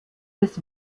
des